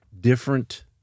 different